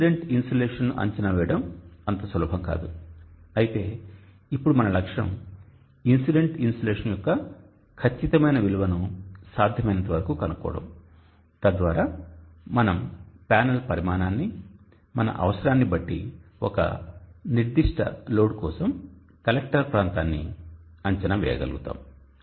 incident ఇన్సోలేషన్ను అంచనా వేయడం అంత సులభం కాదు అయితే ఇప్పుడు మన లక్ష్యం ఇన్సిడెంట్ ఇన్సోలేషన్ యొక్క ఖచ్చితమైన విలువను సాధ్యమైనంత వరకు కనుగొనడం తద్వారా మనం ప్యానెల్ పరిమాణాన్ని మన అవసరాన్ని బట్టి ఒక నిర్దిష్ట లోడ్ కోసం కలెక్టర్ ప్రాంతాన్ని అంచనా వేయగలుగుతాము